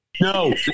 No